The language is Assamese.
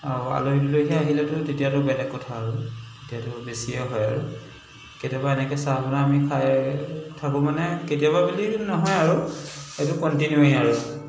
আৰু আলহী দুলহী আহিলেতো তেতিয়াটো বেলেগ কথা আৰু তেতিয়াতো বেছিয়ে হয় আৰু কেতিয়াবা এনেকৈ চাহ বনাই আমি খাই থাকোঁ মানে কেতিয়াবা বুলি নহয় আৰু এইটো কণ্টিনিউয়ে আৰু